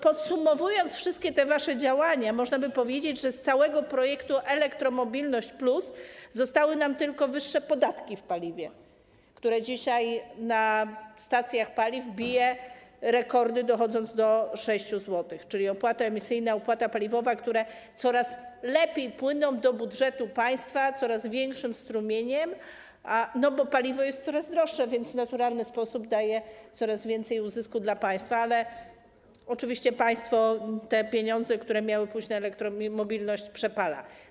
Podsumowując te wszystkie wasze działania, można by powiedzieć, że z całego projektu elektromobilność+ zostały nam tylko wyższe podatki w cenie paliwa, która dzisiaj na stacjach paliw bije rekordy, dochodząc do 6 zł, czyli opłata emisyjna, opłata paliwowa, które coraz większym strumieniem płyną do budżetu państwa, bo paliwo jest coraz droższe, więc w naturalny sposób daje coraz więcej uzysku dla państwa, ale oczywiście państwo te pieniądze, które miały pójść na elektromobilność, przepala.